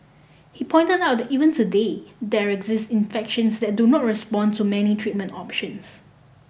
he point out that even today there exist infections that do not respond to many treatment options